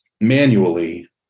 manually